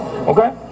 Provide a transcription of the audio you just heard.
Okay